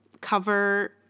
cover